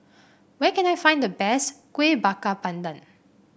where can I find the best Kuih Bakar Pandan